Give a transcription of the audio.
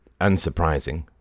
unsurprising